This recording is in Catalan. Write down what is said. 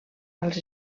als